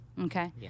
Okay